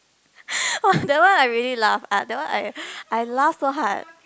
!wah! that one I really laugh ah that one I I laugh so hard